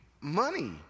money